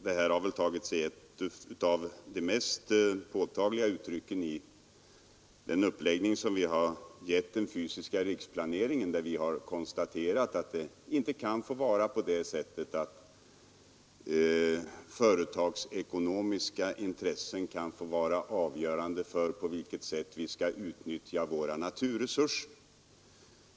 Det har väl fått ett av de mest påtagliga uttrycken i den uppläggning vi har givit den fysiska riksplaneringen. Vi har konstaterat att företagsekonomiska intressen inte kan få vara avgörande för på vilket sätt vi skall utnyttja våra naturresurser.